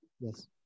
Yes